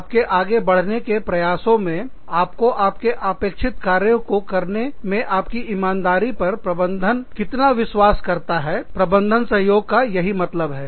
आपके आगे बढ़ने के प्रयासों में आपको आपके अपेक्षित कार्य को करने में आपकी ईमानदारी पर प्रबंधन कितना विश्वास करता है प्रबंधन सहयोग का यही मतलब है